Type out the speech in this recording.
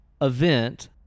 event